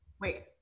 wait